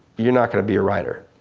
you're not gonna be a writer.